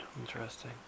Interesting